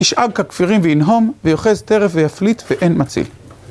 אשאג ככפירים ואינהום, ויאחז טרף ויפליט ואין מציל.